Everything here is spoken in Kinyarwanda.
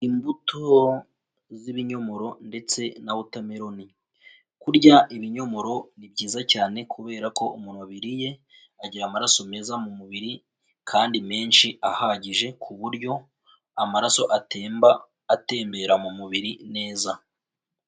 Imbuto z'ibinyomoro ndetse na watermellon, kurya ibinyomoro ni byiza cyane kubera ko umuntu wabiririye, agira amaraso meza mu mubiri kandi menshi ahagije ku buryo amaraso atemba atembera mu mubiri neza.